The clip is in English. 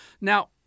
Now